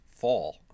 Fall